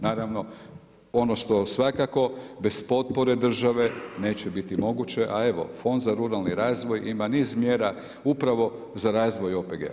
Naravno ono što svakako bez potpore države neće biti moguće, a evo Fond za ruralni razvoj ima niz mjera upravo za razvoj OPG-a.